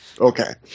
Okay